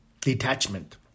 Detachment